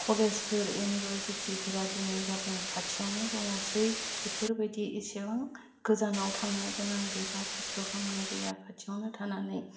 कलेजफोर इउनिभारसिटिफोरा दिनै गाबोन खाथियावनो दङसै बेफोरबायदि एसेबां गोजानाव थांनोगोनां गैला खस्थ' खामनोगोनां गैया खाथियावनो थानानै